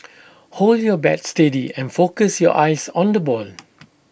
hold your bat steady and focus your eyes on the ball